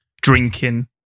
drinking